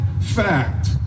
fact